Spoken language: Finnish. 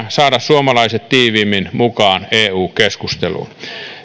saada suomalaiset tiiviimmin mukaan eu keskusteluun